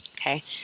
okay